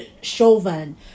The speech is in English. Chauvin